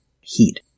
Heat